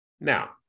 Now